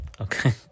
Okay